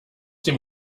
dem